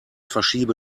verschiebe